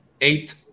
eight